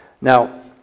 Now